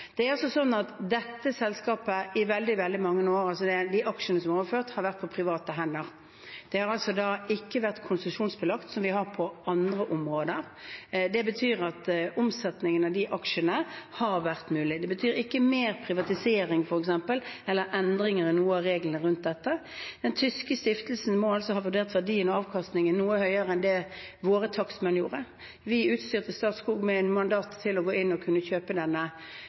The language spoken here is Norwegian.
Det er sånn at dette selskapet i veldig, veldig mange år – de aksjene som er overført – har vært på private hender. Det har altså ikke vært konsesjonsbelagt, slik vi har det på andre områder. Det betyr at omsetningen av de aksjene har vært mulig. Det betyr f.eks. ikke mer privatisering eller endringer i noen av reglene rundt dette. Den tyske stiftelsen må altså ha vurdert verdien og avkastningen noe høyere enn det våre takstmenn gjorde. Vi utstyrte Statskog med mandat til å kunne gå inn og kjøpe denne